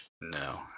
No